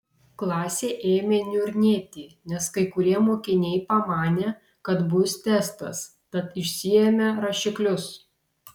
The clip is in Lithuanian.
klasė ėmė niurnėti nes kai kurie mokiniai pamanė kad bus testas tad išsiėmė rašiklius